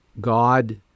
God